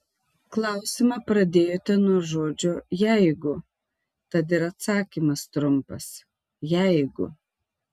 klausimą pradėjote nuo žodžio jeigu tad ir atsakymas trumpas jeigu